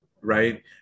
right